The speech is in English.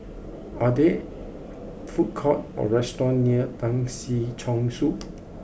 are there food courts or restaurants near Tan Si Chong Su